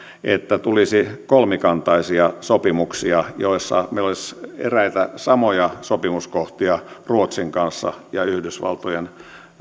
että tulisi kolmikantaisia sopimuksia joissa meillä olisi eräitä samoja sopimuskohtia ruotsin kanssa ja yhdysvaltojen